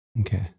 Okay